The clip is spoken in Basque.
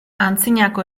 antzinako